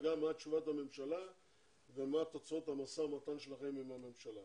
מה תשובת הממשלה ומה תוצאות המשא ומתן שלכם עם הממשלה.